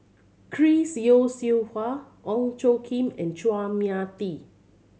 Chris Yeo Siew Hua Ong Tjoe Kim and Chua Mia Tee